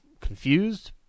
confused